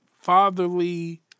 fatherly